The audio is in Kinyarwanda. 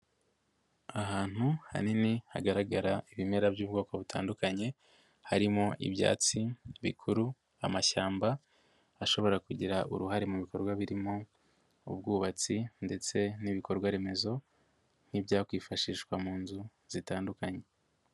Ahantu hanini hagaragara ibimera by'ubwoko butandukanye, harimo: ibyatsi bikuru, amashyamba ashobora kugira uruhare mu bikorwa birimo ubwubatsi ndetse n'ibikorwaremezo nk'ibyakwifashishwa mu nzu zitandukanye.